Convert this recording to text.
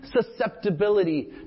susceptibility